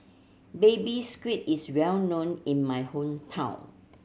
Baby Squid is well known in my hometown